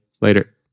Later